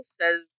says